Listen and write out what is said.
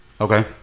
okay